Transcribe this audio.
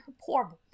Poor